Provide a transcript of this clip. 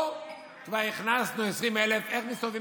פה כבר הכנסנו 20,000. איך מסתובבים